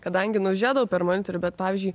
kadangi nu žėdavau per monitroiųr bet pavyzdžiui